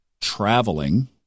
traveling